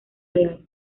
real